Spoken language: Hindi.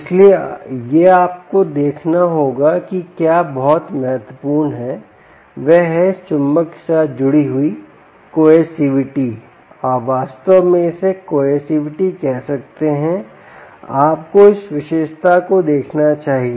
इसके लिए आपको यह देखना होगा कि क्या बहुत महत्वपूर्ण है वह है इस चुंबक के साथ जुड़ी हुई Coercivity आप वास्तव में इसे Coercivity कह सकते हैं आपको इस विशेषता को देखना चाहिए